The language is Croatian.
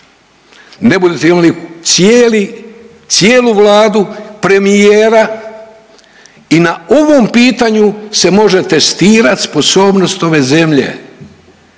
ne budete li imali cijelu Vladu, premijera i na ovom pitanju se može testirati sposobnost ove zemlje